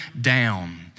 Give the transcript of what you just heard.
down